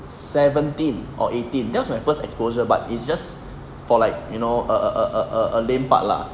seventeen or eighteen that was my first exposure but it's just for like you know err a a a lame part lah